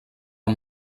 amb